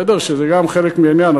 שזה גם חלק מהעניין,